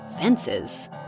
fences